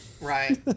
Right